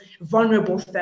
vulnerable